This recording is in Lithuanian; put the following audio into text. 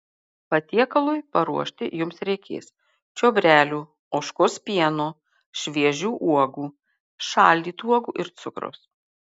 patiekalui paruošti jums reikės čiobrelių ožkos pieno šviežių uogų šaldytų uogų ir cukraus